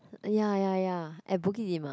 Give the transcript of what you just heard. ya ya ya at Bukit-Timah